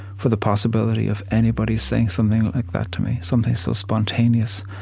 for the possibility of anybody saying something like that to me, something so spontaneous,